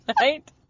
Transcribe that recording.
right